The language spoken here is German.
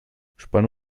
spanne